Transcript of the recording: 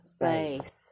faith